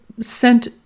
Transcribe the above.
sent